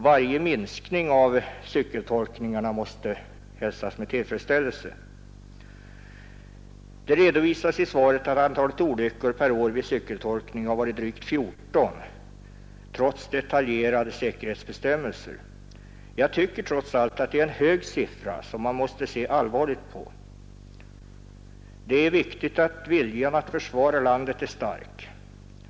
Varje minskning av cykeltolkningarna måste hälsas med tillfredsställelse. Det redovisas i svaret att antalet olyckor vid cykeltolkning trots detaljerade säkerhetsbestämmelser har varit 14—15 per år. Jag tycker att det trots allt är en hög siffra som man måste se allvarligt på. Det är viktigt att viljan att försvara landet är stark.